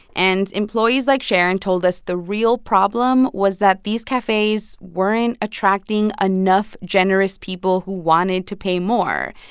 and employees like sharon told us the real problem was that these cafes weren't attracting enough generous people who wanted to pay more.